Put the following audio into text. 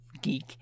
geek